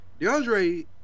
DeAndre